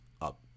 up